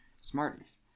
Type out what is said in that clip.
Smarties